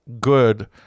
good